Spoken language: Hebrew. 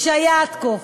עד כה.